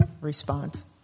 response